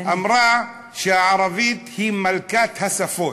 אמרה שהערבית היא מלכת השפות,